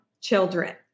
children